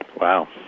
wow